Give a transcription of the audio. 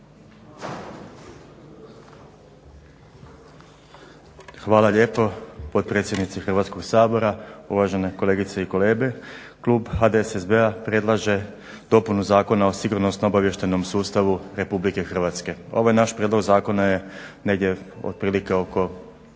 Hvala lijepo potpredsjednice Hrvatskoga sabora, uvažene kolegice i kolege. Klub HDSSB-a predlaže dopunu Zakona o sigurnosno-obavještajnom sustavu Republike Hrvatske. Ovaj naš prijedlog zakona je negdje otprilike oko